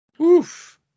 Oof